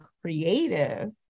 creative